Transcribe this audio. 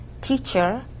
teacher